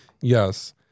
Yes